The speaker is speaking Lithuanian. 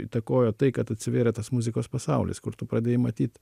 įtakojo tai kad atsivėrė tas muzikos pasaulis kur tu pradėjai manyt